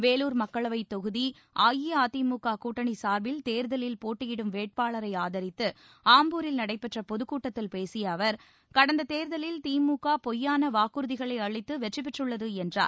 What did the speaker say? வேலூர் மக்களவைத் தொகுதி அடுஅதிமுக கூட்டணி சார்பில் தேர்தலில் போட்டியிடும் வேட்பாளர் ஆரித்து ஆம்பூரில் நடைபெற்ற பொதுக்கூட்டத்தில் பேசிய அவர் கடந்த தேர்தலில் திமுக பொய்யான வாக்குறுதிகளை அளித்து வெற்றி பெற்றுள்ளது என்றார்